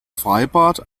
freibad